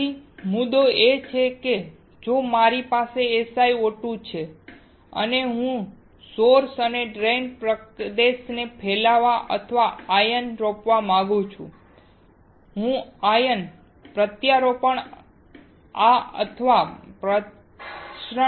તેથી મુદ્દો એ છે કે જો મારી પાસે SiO2 છે અને જો હું સોર્સ અને ડ્રેઇન પ્રદેશને ફેલાવવા અથવા આયન રોપવા માંગુ છું તો હું આયન પ્રત્યારોપણ આ અથવા પ્રસરણની જેમ કરીશ